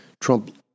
Trump